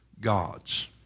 God's